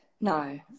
No